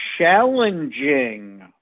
challenging